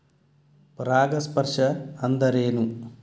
ಪರಾಗಸ್ಪರ್ಶ ಅಂದರೇನು?